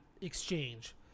exchange